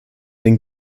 den